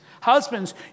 Husbands